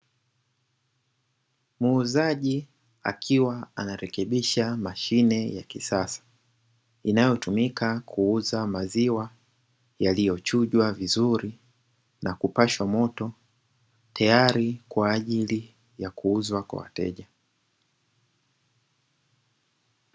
Muuzaji akiwa anarekebisha mashine ya kisasa inayotumika kuza maziwa yaliyochujwa vizuri na kupashwa moto, tayari kwa ajili ya kuuzwa kwa wateja.